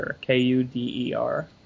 K-U-D-E-R